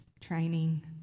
training